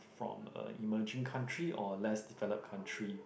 from a emerging country or a less developed country